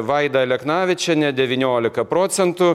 vaida aleknavičienė devyniolika procentų